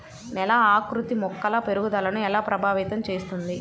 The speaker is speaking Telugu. నేల ఆకృతి మొక్కల పెరుగుదలను ఎలా ప్రభావితం చేస్తుంది?